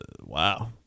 Wow